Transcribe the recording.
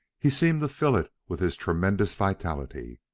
he seemed to fill it with his tremendous vitality.